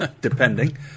depending